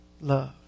love